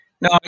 No